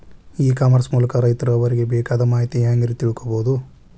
E commerce ಮೂಲಕ ರೈತರು ಅವರಿಗೆ ಬೇಕಾದ ಮಾಹಿತಿ ಹ್ಯಾಂಗ ರೇ ತಿಳ್ಕೊಳೋದು?